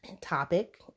topic